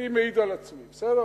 אני מעיד על עצמי, בסדר.